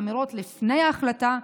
אמירות לפני החלטה,